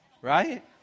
right